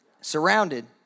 Surrounded